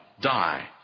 die